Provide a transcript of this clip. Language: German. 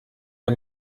der